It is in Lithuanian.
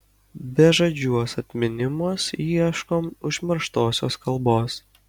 bežadžiuos atminimuos ieškom užmirštosios kalbos